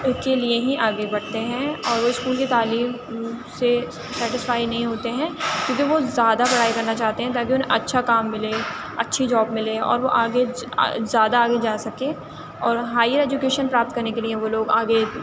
کے لئے ہی آگے پڑھتے ہیں اور وہ اسکول کی تعلیم سے سیٹسفائی نہیں ہوتے ہیں کیونکہ وہ زیادہ پڑھائی کرنا چاہتے ہیں تاکہ اُنہیں اچھا کام ملے اچھی جاب ملے اور وہ آگے زیادہ آگے جا سکے اور ہائیر ایجوکیشن پراپت کرنے کے لیے وہ لوگ آگے